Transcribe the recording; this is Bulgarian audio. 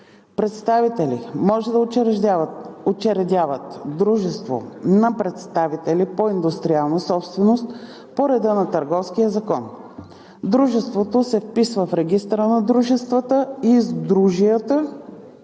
Представители може да учредяват дружество на представители по индустриална собственост по реда на Търговския закон. Дружеството се вписва в Регистъра на дружествата и съдружията